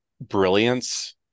brilliance